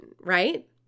right